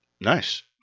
Nice